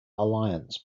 alliance